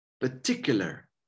particular